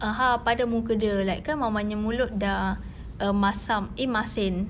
(uh huh) padan muka dia like kan mama punya mulut sudah err masam eh masin